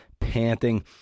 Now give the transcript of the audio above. panting